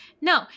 No